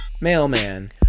mailman